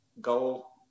goal